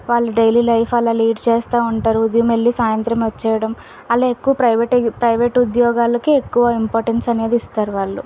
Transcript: వాళ్ళు daily life అలా lead చేస్తు ఉంటారు ఉదయం వెళ్ళి సాయంత్రం వచ్చేయడం అలా ఎక్కువ ప్రైవేట్ ప్రైవేట్ ఉద్యోగాలకు ఎక్కువ ఇంపార్టెన్స్ అనేది ఇస్తారు వాళ్ళు